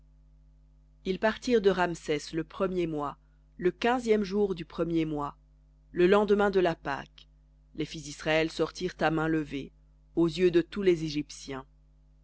ils partirent de ramsès le premier mois le quinzième jour du premier mois le lendemain de la pâque les fils d'israël sortirent à main levée aux yeux de tous les égyptiens